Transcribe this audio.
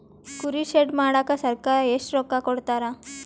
ಕುರಿ ಶೆಡ್ ಮಾಡಕ ಸರ್ಕಾರ ಎಷ್ಟು ರೊಕ್ಕ ಕೊಡ್ತಾರ?